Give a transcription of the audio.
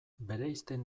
bereizten